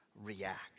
react